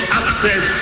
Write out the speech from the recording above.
access